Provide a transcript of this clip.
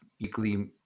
weekly